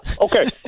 Okay